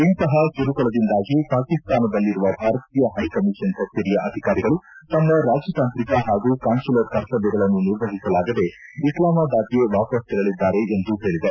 ಇಂತಹ ಕಿರುಕುಳದಿಂದಾಗಿ ಪಾಕಿಸ್ತಾನದಲ್ಲಿರುವ ಭಾರತೀಯ ಹೈಕಮೀಪನ್ ಕಚೇರಿಯ ಅಧಿಕಾರಿಗಳು ತಮ್ಮ ರಾಜತಾಂತ್ರಿಕ ಹಾಗೂ ಕಾನ್ಸುಲರ್ ಕರ್ತಮ್ಲಗಳನ್ನು ನಿರ್ವಹಿಸಲಾಗದೇ ಇಸ್ಲಾಮಬಾದ್ಗೆ ವಾಪಸ್ ತೆರಳಿದ್ದಾರೆ ಎಂದು ಹೇಳಿದೆ